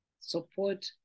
support